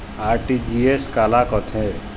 RTGS काला कथें?